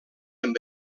amb